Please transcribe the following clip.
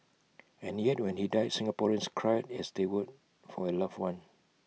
and yet when he died Singaporeans cried as they would for A loved one